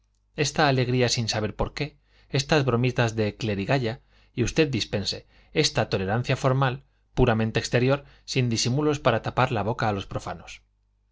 esta alegría sin saber por qué estas bromitas de clerigalla y usted dispense esta tolerancia formal puramente exterior sin disimulos para tapar la boca a los profanos